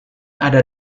ada